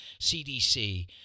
CDC